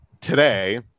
today